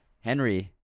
Henry